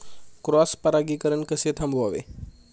Cross परागीकरण कसे थांबवावे?